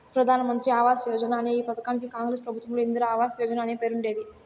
ప్రధాన్ మంత్రి ఆవాస్ యోజన అనే ఈ పథకానికి కాంగ్రెస్ ప్రభుత్వంలో ఇందిరా ఆవాస్ యోజన అనే పేరుండేది